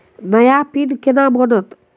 नया पिन केना बनत?